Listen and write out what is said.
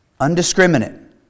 Undiscriminate